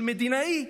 או של מדינאי.